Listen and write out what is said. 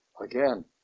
Again